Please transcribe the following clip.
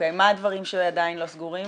-- מה הדברים שעדיין לא סגורים,